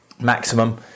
maximum